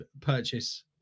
purchase